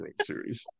Series